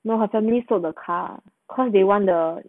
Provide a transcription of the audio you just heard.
no her family took the car cause they want the